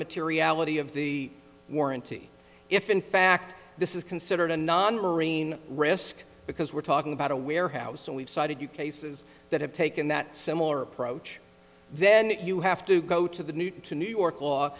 materiality of the warranty if in fact this is considered a non rein risk because we're talking about a warehouse and we've cited you cases that have taken that similar approach then you have to go to the new to new york law